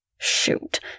Shoot